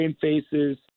faces